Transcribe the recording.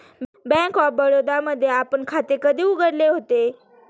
Bank of Baroda मध्ये आपण खाते कधी उघडले होते?